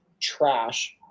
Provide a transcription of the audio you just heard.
trash